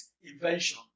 invention